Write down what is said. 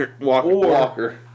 walker